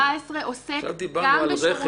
כבר.